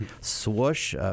swoosh